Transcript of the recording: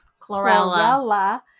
chlorella